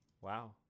Wow